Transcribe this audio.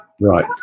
Right